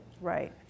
Right